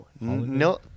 No